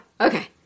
okay